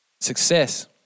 Success